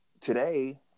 today